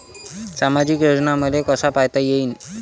सामाजिक योजना मले कसा पायता येईन?